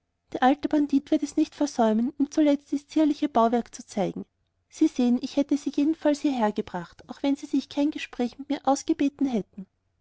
der alte pandit wird es nicht versäumen ihm zuletzt dies zierliche bauwerk zu zeigen sie sehen ich hätte sie jedenfalls hierher gebracht auch wenn sie sich kein gespräch mit mir ausgebeten hätten